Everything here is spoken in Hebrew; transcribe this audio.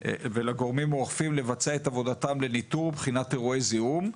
האוכפים לבצע את עבודתם לניטור בחינת אירועי זיהום,